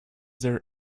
there